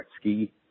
ski